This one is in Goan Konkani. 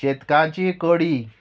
शेतकांची कडी